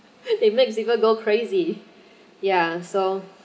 it makes people go crazy yeah so